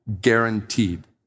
guaranteed